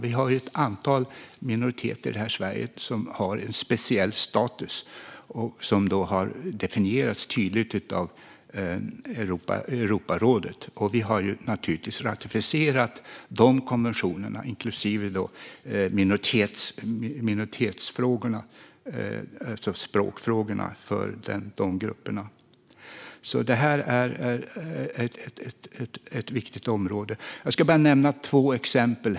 Vi har ett antal minoriteter här i Sverige som har speciell status och som har definierats tydligt av Europarådet. Sverige har naturligtvis ratificerat Europarådets konventioner, inklusive den om minoritetsfrågorna och språkfrågorna för dessa grupper. Det här är ett viktigt område. Låt mig nämna två exempel.